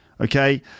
okay